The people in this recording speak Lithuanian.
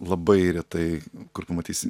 labai retai kur pamatysi